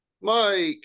Mike